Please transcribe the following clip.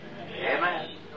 Amen